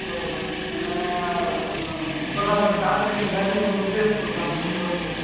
બરોબર અને સલાડ માટે કાકડી ને ગાજરને બધું ફ્રેશ થોડુંક આપજો વ્યવસ્થિત